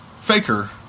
Faker